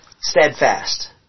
steadfast